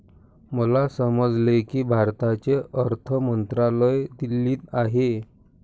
मला समजले की भारताचे अर्थ मंत्रालय दिल्लीत आहे